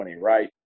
right